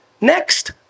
Next